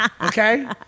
okay